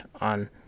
on